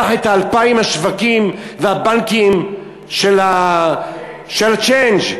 את 2,000 השווקים והבנקים של הצ'יינג'.